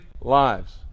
lives